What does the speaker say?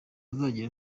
azagera